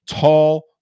Tall